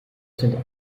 sind